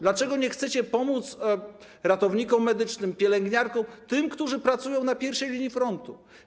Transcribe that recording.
Dlaczego nie chcecie pomóc ratownikom medycznym, pielęgniarkom, tym, którzy pracują na pierwszej linii frontu?